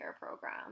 program